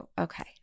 Okay